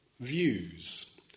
views